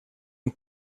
een